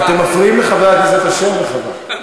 אתם מפריעים לחבר הכנסת אשר, וחבל.